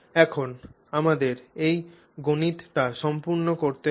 এখন আমাদের এই গণিতটি সম্পূর্ণ করতে হবে